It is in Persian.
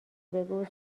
بگو